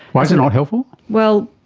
why is it not helpful? well,